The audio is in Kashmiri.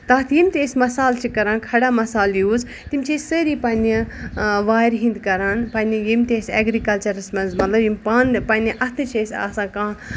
تَتھ یِم تہِ أسۍ مَسالہٕ چھِ کران کھڑا مَسالہٕ یوٗز تِم چھِ أسۍ سٲری پَنٕنہِ وارِ ہِندۍ کران پَنٕنہِ یِم تہِ أسۍ ایٚگرِکَلچرَس منٛز مطلب یِم پانہٕ پَنٕنہِ اَتھٕ چھِ أسۍ آسان کانٛہہ